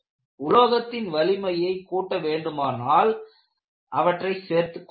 உலோகத்தின் வலிமையை கூட்ட வேண்டுமானால் அவற்றைச் சேர்த்துக் கொள்ளலாம்